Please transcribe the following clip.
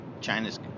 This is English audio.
china's